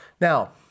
Now